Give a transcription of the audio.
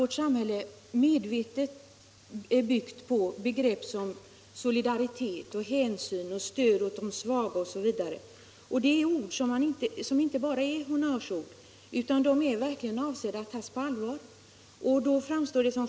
Vårt samhälle är ju medvetet byggt på begrepp som solidaritet och hänsyn, stöd åt de svaga osv. De här orden är inte bara honnörsord utan de är verkligen avsedda att tas på allvar.